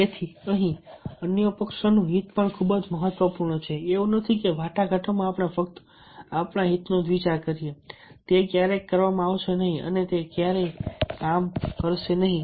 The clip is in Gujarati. તેથી અહીં અન્ય પક્ષોનું હિત પણ ખૂબ જ મહત્વપૂર્ણ છે એવું નથી કે વાટાઘાટોમાં આપણે ફક્ત આપણા હિતનો જ વિચાર કરીએ તે ક્યારેય કરવામાં આવશે નહીં અને તે ક્યારેય કામ કરશે નહીં